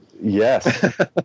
Yes